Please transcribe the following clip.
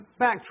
backtrack